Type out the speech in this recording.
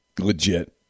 Legit